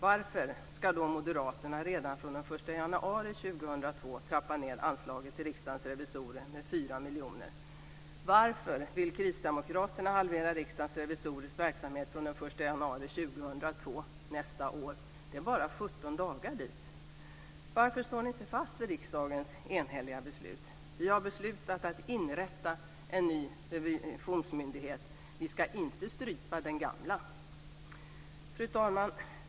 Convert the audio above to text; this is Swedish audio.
Varför vill då moderaterna redan den 1 januari 2002 trappa ned anslaget till Riksdagens revisorer med 4 2002, nästa år? Det är bara 17 dagar dit. Varför står ni inte fast vid riksdagens enhälliga beslut? Vi har beslutat att inrätta en ny revisionsmyndighet. Vi ska inte strypa den gamla. Fru talman!